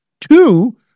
two